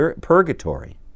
purgatory